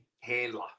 handler